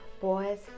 Boys